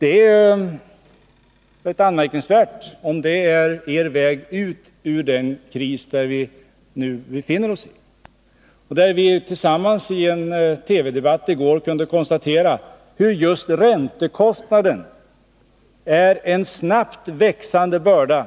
Det är anmärkningsvärt, om detta är er väg ut ur den kris som vi nu befinner oss i. I en TV-debatt i går kunde vi tillsammans konstatera att just räntekostnaden är en snabbt växande börda